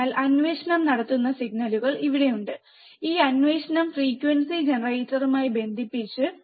അതിനാൽ അന്വേഷണം നടത്തുന്ന സിഗ്നലുകൾ ഇവിടെയുണ്ട് ഈ അന്വേഷണം ഫ്രീക്വൻസി ജനറേറ്ററുമായി ബന്ധിപ്പിച്ചു